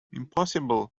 impossible